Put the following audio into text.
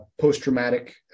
post-traumatic